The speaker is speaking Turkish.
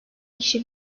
kişi